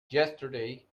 yesterday